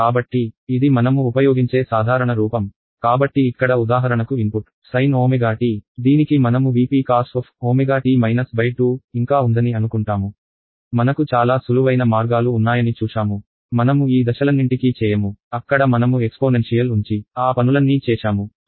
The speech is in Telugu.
కాబట్టి ఇది మనము ఉపయోగించే సాధారణ రూపం కాబట్టి ఇక్కడ ఉదాహరణకు ఇన్పుట్ sin w t దీనికి మనము V p cos ω t 2 ఇంకా ఉందని అనుకుంటాము మనకు చాలా సులువైన మార్గాలు ఉన్నాయని చూశాము మనము ఈ దశలన్నింటికీ చేయము అక్కడ మనము ఎక్స్పోనెన్షియల్ ఉంచి ఆ పనులన్నీ చేశాము